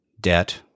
debt